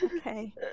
okay